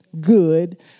good